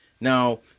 now